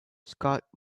scott